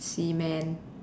semen